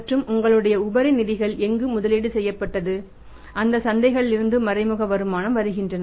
மற்றும் உங்களுடைய உபரி நிதிகள் எங்கு முதலீடு செய்யப்பட்டது அந்த சந்தைகளில் இருந்து மறைமுக வருமானம் வருகின்றன